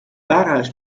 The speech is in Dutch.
warenhuis